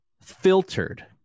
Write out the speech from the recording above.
filtered